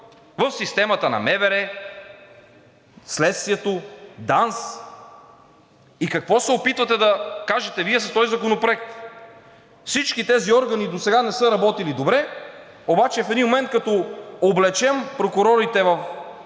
в системата на МВР, Следствието, ДАНС. И какво се опитвате да кажете Вие с този законопроект? Всички тези органи досега не са работили добре, обаче в един момент, като облечем прокурорите в